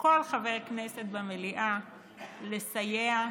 כל חבר כנסת במליאה, לסייע,